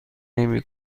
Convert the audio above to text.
نمی